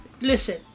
listen